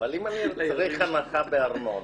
אם אני צריך הנחה בארנונה,